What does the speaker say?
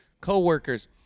coworkers